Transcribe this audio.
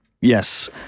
Yes